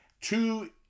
Two